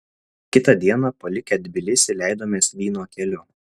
kitą dieną palikę tbilisį leidomės vyno keliu